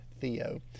Theo